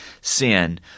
sin